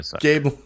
Gabe